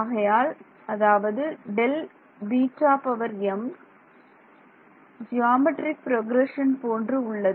ஆகையால் அதாவது Δβm geometric progression போன்று உள்ளது